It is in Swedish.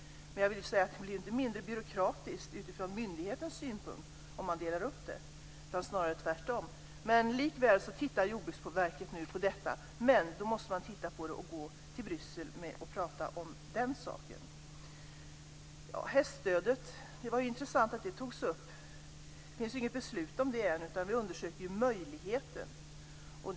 Men jag vill säga att det inte blir mindre byråkratiskt från myndighetens synpunkt om man delar upp det hela, utan snarare tvärtom. Likväl tittar Jordbruksverket nu på detta. Men man måste då sedan gå till Bryssel och prata om saken. Det var intressant att häststödet togs upp. Det finns inget beslut om det än, utan vi undersöker möjligheten.